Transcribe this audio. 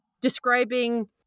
describing